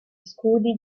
scudi